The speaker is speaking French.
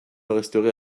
resterait